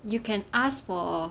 you can ask for